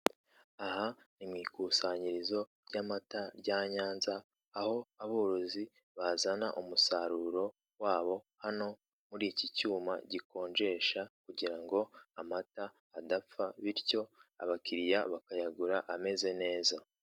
Aha ni mu ikusanyirizo ry'amata rya Nyanza aho aborozi bazana umusaruro wabo hano muri iki cyuma gikonjesha kugira ngo amata adapfa, bityo abakiriya bakayagura ameze neza.